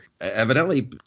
evidently